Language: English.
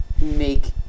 make